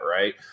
Right